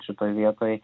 šitoj vietoj